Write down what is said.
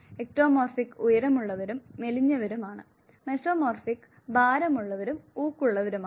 ectomorphic ഉയരമുള്ളവരും മെലിഞ്ഞവരും ആണ് മെസോമോർഫിക് ഭാരമുള്ളവരും ഊക്കുള്ളവരുമാണ്